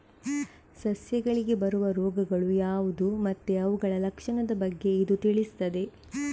ಸಸ್ಯಗಳಿಗೆ ಬರುವ ರೋಗಗಳು ಯಾವ್ದು ಮತ್ತೆ ಅವುಗಳ ಲಕ್ಷಣದ ಬಗ್ಗೆ ಇದು ತಿಳಿಸ್ತದೆ